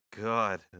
God